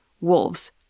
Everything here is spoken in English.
wolves